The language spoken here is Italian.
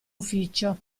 ufficio